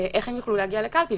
איך הם יוכלו להגיע לקלפי?